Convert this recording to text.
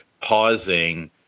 pausing